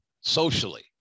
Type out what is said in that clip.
socially